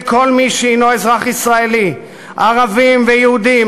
כל מי שהנו אזרח ישראלי: ערבים ויהודים,